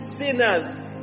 sinners